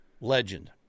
legend